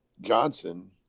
Johnson